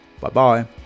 Bye-bye